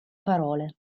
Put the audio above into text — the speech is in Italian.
parole